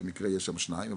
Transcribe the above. במקרה יש שם שניים,